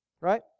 right